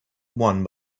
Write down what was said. one